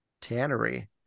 tannery